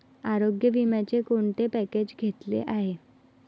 आरोग्य विम्याचे कोणते पॅकेज घेतले आहे?